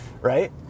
Right